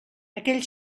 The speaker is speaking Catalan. aquell